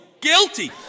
guilty